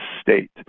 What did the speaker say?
state